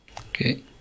Okay